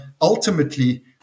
ultimately